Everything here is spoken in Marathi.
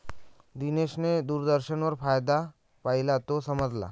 दिनेशने दूरदर्शनवर फायदा पाहिला, तो समजला